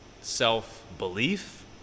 self-belief